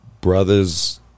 brothers